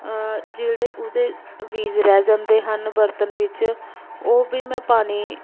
ਜਿਹੜੇ ਉਹਦੇ ਬੀਜ ਰਹਿ ਜਾਂਦੇ ਹਨ ਬਰਤਨ ਵਿੱਚ ਉਹ ਵੀ ਮੈਂ ਪਾਣੀ